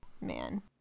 Man